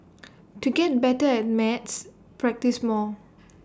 to get better at maths practise more